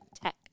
tech